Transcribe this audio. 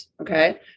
okay